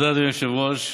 אדוני היושב-ראש.